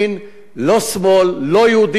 לא שמאל, לא יהודים, לא ערבים.